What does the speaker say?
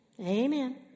Amen